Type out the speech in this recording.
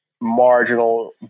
marginal